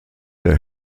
der